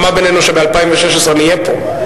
אני מקווה שיש הסכמה בינינו שב-2016 נהיה פה.